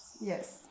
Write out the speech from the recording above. Yes